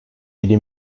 yedi